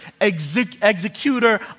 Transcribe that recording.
executor